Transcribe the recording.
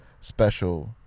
special